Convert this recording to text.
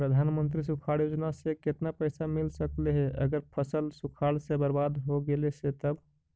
प्रधानमंत्री सुखाड़ योजना से केतना पैसा मिल सकले हे अगर फसल सुखाड़ से बर्बाद हो गेले से तब?